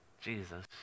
Jesus